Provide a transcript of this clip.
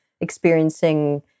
experiencing